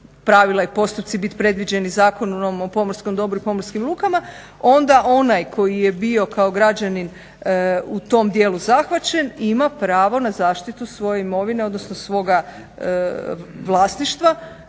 pravila i postupci biti predviđeni Zakonom o pomorskom dobru i pomorskim lukama, onda onaj koji je bio kao građanin u tom dijelu zahvaćen ima pravo na zaštitu svoje imovine odnosno svoga vlasništva.